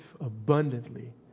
abundantly